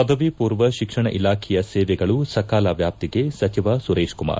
ಪದವಿ ಪೂರ್ವ ತಿಕ್ಷಣ ಇಲಾಖೆಯ ಸೇವೆಗಳು ಸಕಾಲ ವ್ಯಾಪ್ತಿಗೆ ಸಚಿವ ಸುರೇತ್ ಕುಮಾರ್